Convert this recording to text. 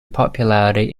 popularity